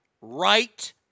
right